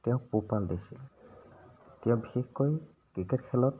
তেওঁক পোহপাল দিছিল তেওঁ বিশেষকৈ ক্ৰিকেট খেলত